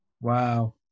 Wow